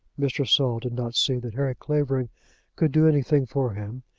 mr. saul did not see that harry clavering could do anything for him,